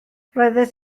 roeddet